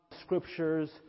scriptures